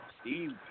Steve